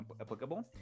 applicable